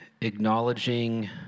acknowledging